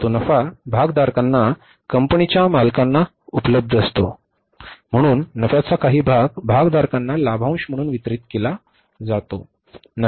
तो नफा भागधारकांना कंपनीच्या मालकांना उपलब्ध असतो म्हणून नफ्याचा काही भाग भागधारकांना लाभांश म्हणून वितरीत केला जातो